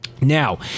Now